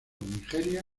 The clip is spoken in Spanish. nigeria